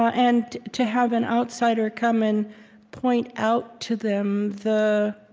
and to have an outsider come and point out to them the